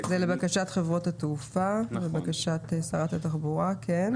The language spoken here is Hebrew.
זה לבקשת חברות התעופה ולבקשת שרת התחבורה, כן.